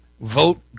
Vote